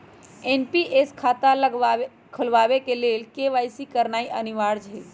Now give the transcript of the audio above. NPS खता खोलबाबे के लेल के.वाई.सी करनाइ अनिवार्ज हइ